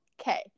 okay